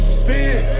spin